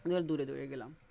এর দূরে দূরে গেলাম